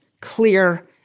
clear